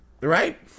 Right